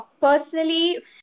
personally